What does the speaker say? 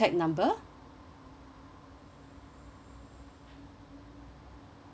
mm